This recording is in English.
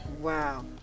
Wow